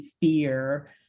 fear